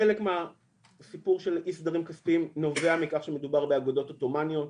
חלק מהסיפור של אי הסדרים הכספיים נובע מכך שמדובר באגודות עותמאניות.